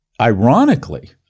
ironically